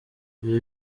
ibi